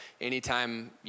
anytime